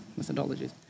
methodologies